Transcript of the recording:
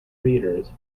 readers